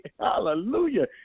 hallelujah